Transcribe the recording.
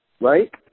Right